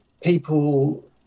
people